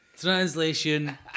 translation